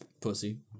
Pussy